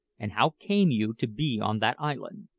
and how came you to be on that island?